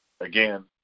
again